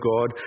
God